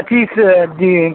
पच्चीस जी